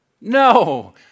No